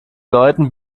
leuten